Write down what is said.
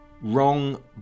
wrong